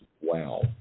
Wow